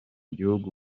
gihugu